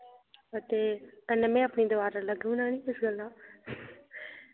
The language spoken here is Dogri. हां ते कन्नै में अपनी दिवार अलग बनानी इस गल्ला